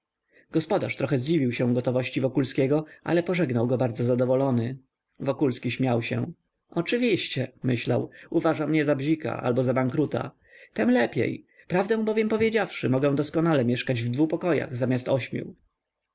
gospodarz trochę zdziwił się gotowości wokulskiego ale pożegnał go bardzo zadowolony wokulski śmiał się oczywiście myślał uważa mnie za bzika albo za bankruta tem lepiej prawdę bowiem powiedziawszy mogę doskonale mieszkać w dwu pokojach zamiast ośmiu